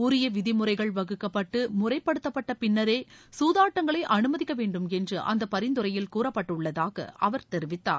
உரிய விதிமுறைகள் வகுக்கப்பட்டு முறைப்படுத்தப்பட்ட பின்னரே சூதாட்டங்களை அனுமதிக்க வேண்டும் என்று அந்த பரிந்துரையில் கூறப்பட்டள்ளதாக அவர் தெரிவித்தார்